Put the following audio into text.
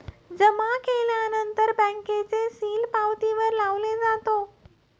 जमा केल्यानंतर बँकेचे सील पावतीवर लावले जातो